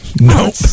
nope